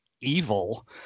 evil